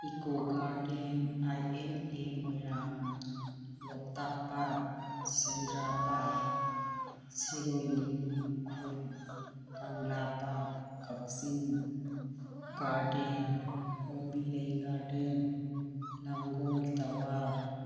eco garden I N A Moirang Loktak ꯄꯥꯠ Sendra park Shirui lily Ukhrul Kangla park Kakching garden ꯀꯣꯝꯕꯤꯔꯩ garden Langol tower